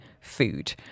food